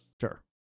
Sure